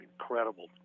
incredible